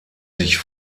sich